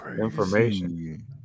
information